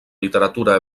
literatura